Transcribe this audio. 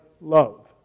love